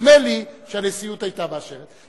נדמה לי שהנשיאות היתה מאשרת.